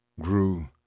grew